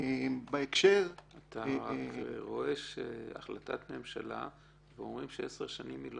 אתה רואה שאומרים ש-16 שנים לא